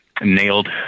nailed